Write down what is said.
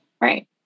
Right